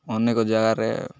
ଅନେକ ଜାଗାରେ